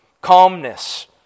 calmness